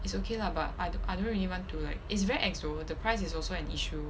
it's okay lah but I don't I don't really want to like it's very ex though the price is also an issue